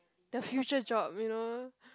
the future job you know